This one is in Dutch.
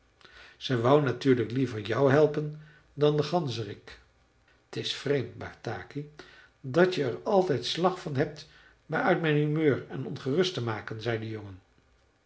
ze wou natuurlijk liever jou helpen dan den ganzerik t is vreemd bataki dat je er altijd slag van hebt me uit mijn humeur en ongerust te maken zei de jongen